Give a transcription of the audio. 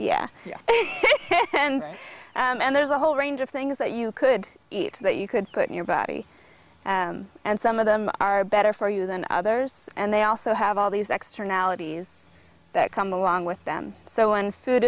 yeah and there's a whole range of things that you could eat that you could put in your body and some of them are better for you than others and they also have all these extra analogies that come along with them so one food